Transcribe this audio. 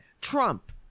Trump